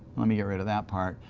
let me get rid of that part.